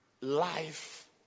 life